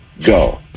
go